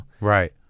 right